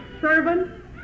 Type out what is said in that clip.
servant